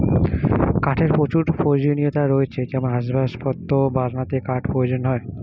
কাঠের প্রচুর প্রয়োজনীয়তা রয়েছে যেমন আসবাবপত্র বানাতে কাঠ প্রয়োজন হয়